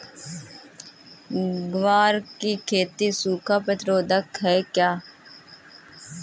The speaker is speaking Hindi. ग्वार की खेती सूखा प्रतीरोधक है क्या?